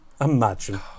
Imagine